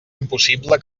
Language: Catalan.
impossible